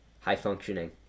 high-functioning